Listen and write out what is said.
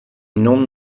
non